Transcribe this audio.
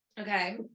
Okay